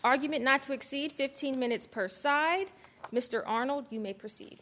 argument not to exceed fifteen minutes per side mr arnold you may proce